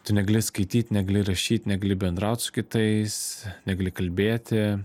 tu negali skaityt negali rašyt negali bendraut su kitais negali kalbėti